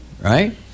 Right